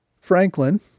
Franklin